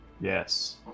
Yes